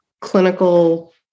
clinical